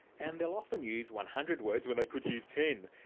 and they'll often use one hundred words when they could use ten.